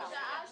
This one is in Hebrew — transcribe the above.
אז כנראה שהדואר